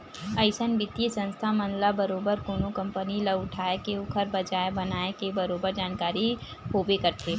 अइसन बित्तीय संस्था मन ल बरोबर कोनो कंपनी ल उठाय के ओखर बजार बनाए के बरोबर जानकारी होबे करथे